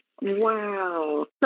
Wow